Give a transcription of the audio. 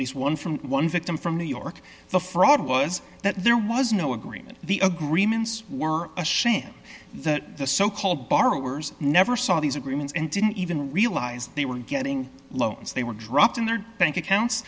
least one from one victim from new york the fraud was that there was no agreement the agreements were a sham that the so called borrowers never saw these agreements and didn't even realize they were getting loans they were dropped in their bank accounts